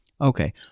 Okay